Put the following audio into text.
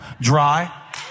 Dry